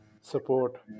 support